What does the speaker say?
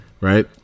right